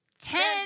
Ten